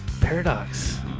Paradox